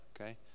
okay